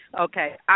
Okay